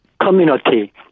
community